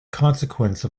consequence